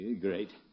Great